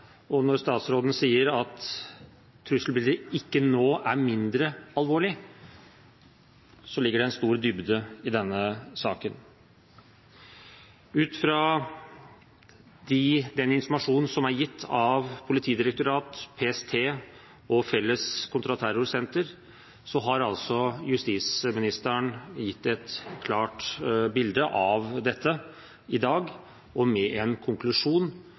trusselbildet. Når statsråden sier at trusselbildet nå ikke er mindre alvorlig, ligger det en stor dybde i denne saken. Ut fra den informasjonen som er gitt av Politidirektoratet, PST og Felles kontraterrorsenter, har justisministeren gitt et klart bilde av dette i dag og med en konklusjon